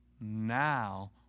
Now